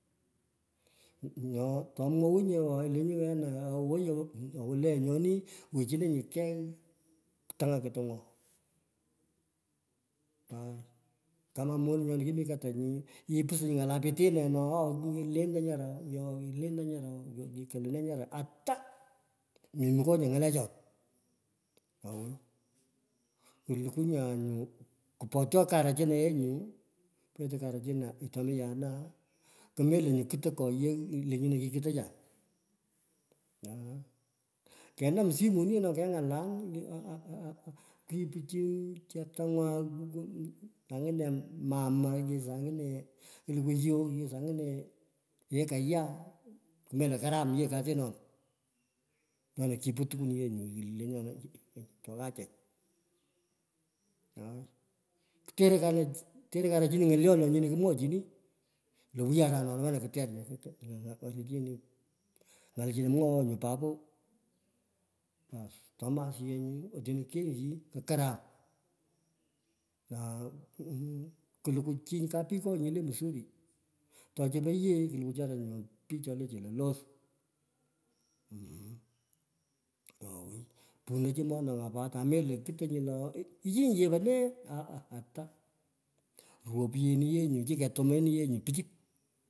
Nyo tomwounyi ye oo ilenchi wena awoi lenyoni, wechinonyi kei tanga katangwo, aa. Kama moning nyoni kimiii katanyi, ipusto nyu ng’ala pitinan lo ee, oo tentei nyara oo, lente nyara oo, kolenee nyara ata. Memukonye ng’alechona. Owoi. Kuluku nya nyu kupotye karachina yee nyuu, petei kuruchina tomi ya naa kumela nyu kutoy koyogh, lenyino, kikutocha, ai kenum simuni keng’alah aa kwipu chi cheptengwa. Saa ingine momaa, ki saa ingine kulukwu yoo, saa ingine ee kaya, kumelo karam ye kasinona, chena kipu tukwon yee nyu lenyona cho ghaachach, aii terei, terei karachinin nyolyon le nyino komwochini lo wuyo arononu wena, kuternyu ng, ng’alechino mwoghei nyu papo. Bass, tomi asiyech nyo otino kengshiyi, kukaram, aa kulukwu chi kapikoy nyini le msuri. To chupo yee kilukwu chara nyu pich chole chelolos, mmh owoi. Puno chi mondanywa pat amelo kutoy chi lo iichinyi chepo nee. “ataha ata; ropyeni ye nyu cho chu kutumiahyee nyo pichu.